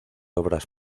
obras